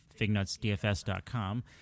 fignutsdfs.com